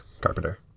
Carpenter